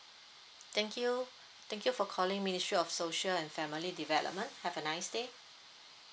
thank you thank you for calling ministry of social and family development have a nice day